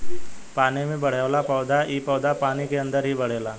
पानी में बढ़ेवाला पौधा इ पौधा पानी के अंदर ही बढ़ेला